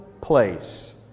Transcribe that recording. place